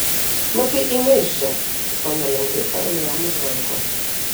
na tai eime iš čia sonia lengvai paėmė jam už rankos